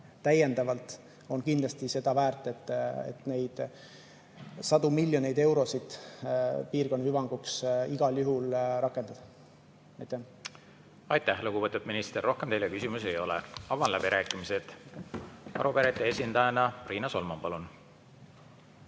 seal on kindlasti seda väärt, [kuna soovime] neid sadu miljoneid eurosid piirkonna hüvanguks igal juhul rakendada. Aitäh, lugupeetud minister! Rohkem teile küsimusi ei ole. Avan läbirääkimised. Arupärijate esindajana Riina Solman, palun!